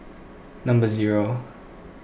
number zero